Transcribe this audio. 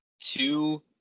two